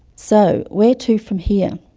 so, where to from here?